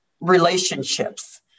relationships